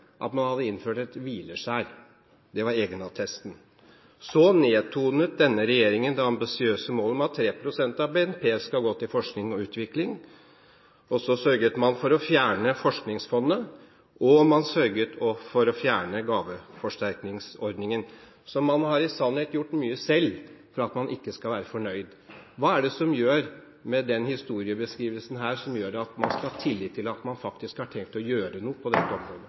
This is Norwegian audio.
at man hadde innført et «hvileskjær» – det var egenattesten. Så nedtonet denne regjeringen det ambisiøse målet om at 3 pst. av BNP skal gå til forskning og utvikling. Og så sørget man for å fjerne Forskningsfondet, og man sørget for å fjerne gaveforsterkningsordningen. Så man har i sannhet gjort mye selv for at man ikke skal være fornøyd. Hva er det, med denne historiebeskrivelsen, som gjør at man skal ha tillit til at man faktisk har tenkt å gjøre noe på dette området?